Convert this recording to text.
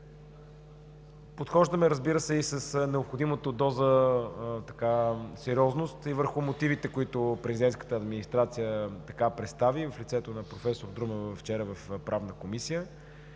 Подхождаме, разбира се, и с необходимата доза сериозност и върху мотивите, които Президентската администрация представи в лицето на професор Друмева вчера в Правната комисия.